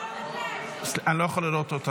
--- יש שמות,